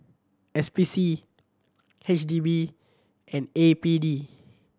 S P C H D B and A P D